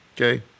okay